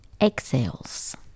exhales